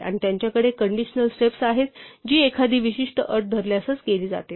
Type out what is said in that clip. आणि त्यांच्याकडे conditional steps आहेत जी एखादी विशिष्ट अट धरल्यासच केली जाते